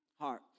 heart